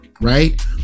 Right